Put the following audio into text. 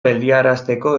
geldiarazteko